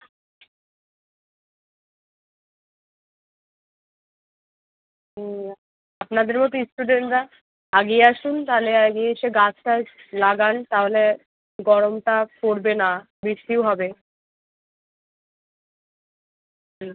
ও আপনাদেরও তো স্টুডেন্টরা আগিয়ে আসুন তাহলে আগিয়ে এসে গাছ টাছ লাগান তাহলে গরমটা পড়বে না বৃষ্টিও হবে